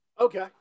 Okay